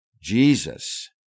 Jesus